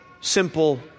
simple